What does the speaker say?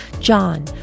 John